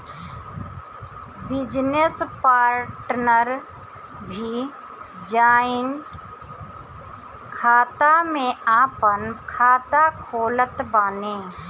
business partner भी joint खाता में आपन खाता खोलत बाने